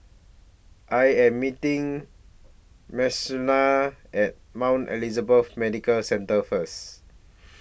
I Am meeting At Mount Elizabeth Medical Centre First